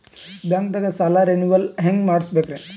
ಬ್ಯಾಂಕ್ದಾಗ ಸಾಲ ರೇನೆವಲ್ ಹೆಂಗ್ ಮಾಡ್ಸಬೇಕರಿ?